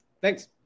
Thanks